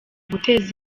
guteza